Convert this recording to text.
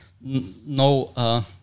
no